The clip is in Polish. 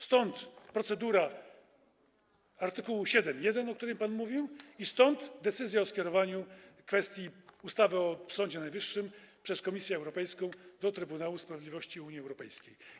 Stąd procedura art. 7.1., o której pan mówił, i stąd decyzja o skierowaniu kwestii ustawy o Sądzie Najwyższym przez Komisję Europejską do Trybunału Sprawiedliwości Unii Europejskiej.